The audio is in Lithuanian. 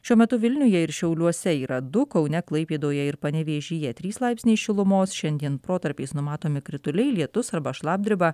šiuo metu vilniuje ir šiauliuose yra du kaune klaipėdoje ir panevėžyje trys laipsniai šilumos šiandien protarpiais numatomi krituliai lietus arba šlapdriba